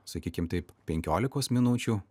sakykim taip penkiolikos minučių